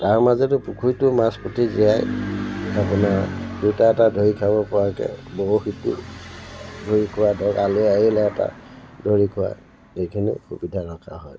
তাৰ মাজতো পুখুৰীটো মাছ পুঠি জীয়াই আপোনাৰ দুটা এটা ধৰি খাব পৰাকৈ বৰশীটো জুইকুৰা ধৰ আলহী আহিলে এটা ধৰি খুৱাই এইখিনি সুবিধা ৰখা হয়